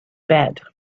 bed